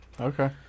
Okay